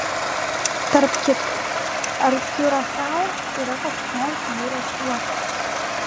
tarp kitko ar kiurasao yra koks nors jūros uostas